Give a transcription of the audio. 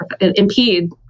impede